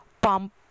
pump